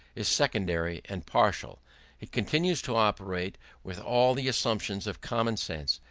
is secondary and partial it continues to operate with all the assumptions of common sense,